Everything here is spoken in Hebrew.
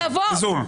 ב-זום.